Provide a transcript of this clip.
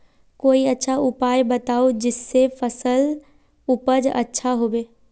कोई अच्छा उपाय बताऊं जिससे फसल उपज अच्छा होबे